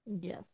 Yes